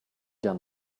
down